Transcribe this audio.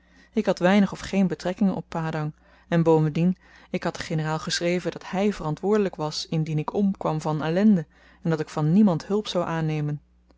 ik had weinig of geen betrekkingen op padang en bovendien ik had den generaal geschreven dat hy verantwoordelyk was indien ik omkwam van ellende en dat ik van niemand hulp zou aannemen